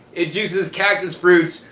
it juices cactus fruits,